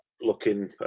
looking